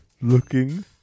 looking